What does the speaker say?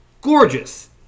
gorgeous